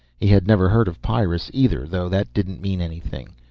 he had never heard of pyrrus either, though that didn't mean anything.